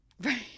Right